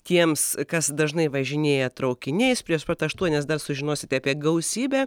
tiems kas dažnai važinėja traukiniais prieš pat aštuonias dar sužinosite apie gausybę